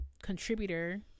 contributor